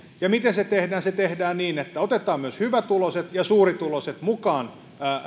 ja miten se tehdään se tehdään niin että otetaan myös hyvätuloiset ja suurituloiset mukaan